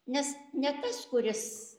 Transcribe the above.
nes ne tas kuris